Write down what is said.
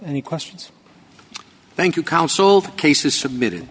any questions thank you counseled cases submitted